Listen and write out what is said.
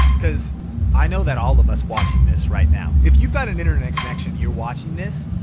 cause i know that all of us watching this right now, if you've got an internet connection, you're watching this,